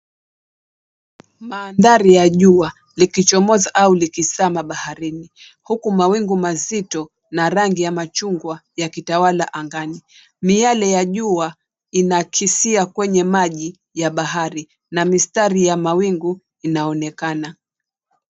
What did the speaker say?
Maandhari ya jua likichomoza au likizama baharini huku mawingu mazito na rangi ya machungwa yakitawala angani. Miale ya jua inaakisia kwenye maji ya bahari na mistari ya mawingu inaonekana.